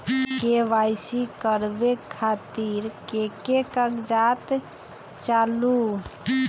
KYC करवे खातीर के के कागजात चाहलु?